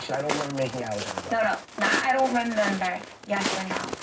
so i don't remember making out with anybody. no, no. not i don't remember. yes or no?